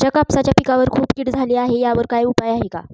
माझ्या कापसाच्या पिकावर खूप कीड झाली आहे यावर काय उपाय आहे का?